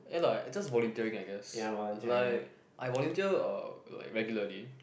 ya lah just volunteering I guess like I volunteer uh like regularly